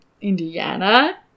Indiana